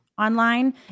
online